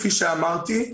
כפי שאמרתי,